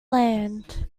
land